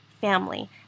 Family